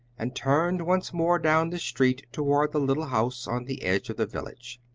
and turned once more down the street toward the little house on the edge of the village.